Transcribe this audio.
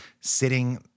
sitting